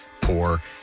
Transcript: poor